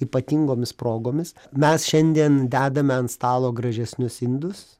ypatingomis progomis mes šiandien dedame ant stalo gražesnius indus